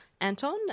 Anton